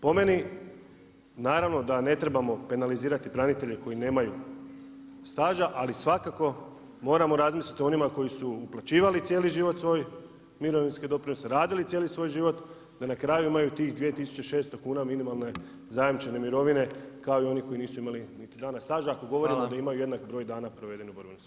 Po meni, naravno da ne trebamo penalizirati branitelje koji nemaju staža, ali svakako moramo razmisliti o onima koji su uplaćivali cijeli život svoj mirovinski doprinose, radili cijeli svoj život da na kraju imaju tih 2 600 kuna minimalne zajamčene mirovine kao i oni koji nisu imali niti dana staža ako govorimo da imaju jednak broj dana provedeni u borbenom sektoru.